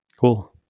Cool